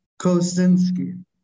Kosinski